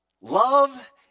Love